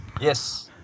Yes